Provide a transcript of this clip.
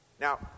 Now